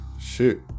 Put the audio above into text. shoot